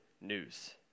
news